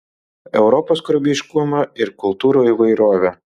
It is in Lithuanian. europos kūrybiškumą ir kultūrų įvairovę